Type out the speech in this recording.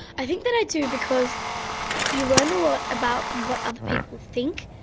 i think that i do, because you learn a lot about what other people think,